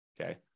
okay